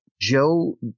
Joe